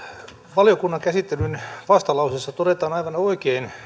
valiokunnan käsittelyn vastalauseessa todetaan aivan oikein